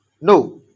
no